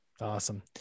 Awesome